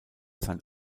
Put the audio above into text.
sein